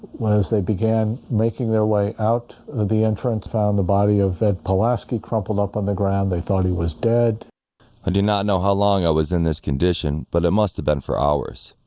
they began making their way out the entrance found the body of ed pulaski crumpled up on the ground they thought he was dead i did not know how long i was in this condition, but it must have been for hours.